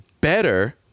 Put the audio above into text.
better-